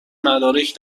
مدرک